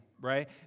right